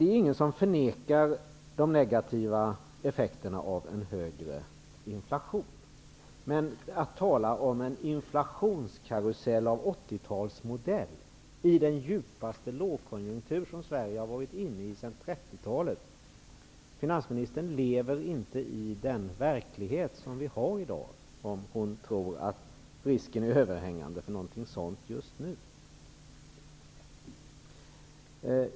Det är ingen som förnekar de negativa effekterna av en högre inflation. Finansministern talar om en inflationskarusell av 80-talsmodell i den djupaste lågkonjunktur som Sverige har varit inne i sedan 30-talet. Finansministern lever inte i den verklighet som vi har i dag, om hon tror att risken är överhängande för något sådant just nu.